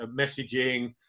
messaging